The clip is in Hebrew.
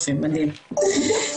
שלום,